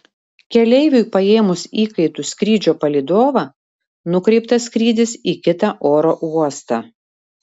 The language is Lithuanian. keleiviui paėmus įkaitu skrydžio palydovą nukreiptas skrydis į kitą oro uostą